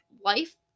life